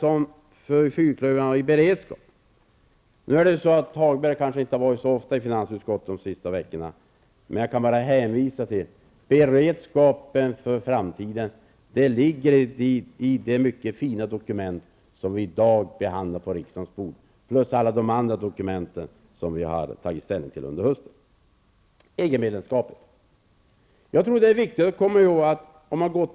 Nu har kanske inte Lars-Ove Hagberg varit med i finansutskottet så ofta under de senaste veckorna, men jag kan säga att beredskapen för framtiden ligger i det mycket fina dokument som i dag finns på riksdagens bord, liksom i alla de andra dokument som vi har tagit ställning till under hösten. Lars-Ove Hagberg nämnde Norrland i samband med EG-medlemskapet.